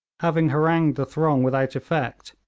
having harangued the throng without effect,